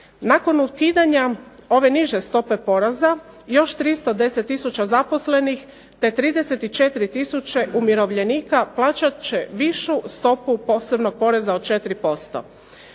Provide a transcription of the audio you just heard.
Nakon ukidanja ove niže stope poreza još 310 tisuća zaposlenih te 34 tisuće umirovljenika plaćat će višu stopu posebnog poreza od 4%.